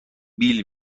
بیل